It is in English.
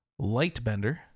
Lightbender